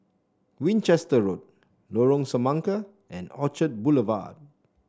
Winchester Road Lorong Semangka and Orchard Boulevard